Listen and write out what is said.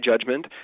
judgment